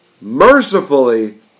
Mercifully